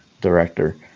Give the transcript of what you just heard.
director